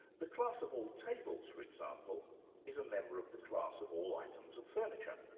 the class of all tables for example is a member of the class of all items of furniture,